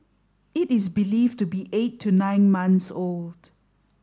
it is believed to be eight to nine months old